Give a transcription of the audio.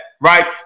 right